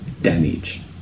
damage